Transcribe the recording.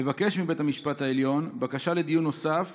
לבקש מבית המשפט העליון בקשה לדיון נוסף